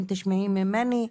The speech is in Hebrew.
אם תשמעי ממני,